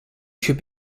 should